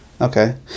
Okay